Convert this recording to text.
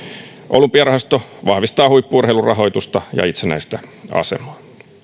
olympiarahasto vahvistaa huippu urheilun rahoitusta ja itsenäistä asemaa